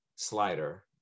Slider